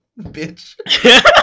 Bitch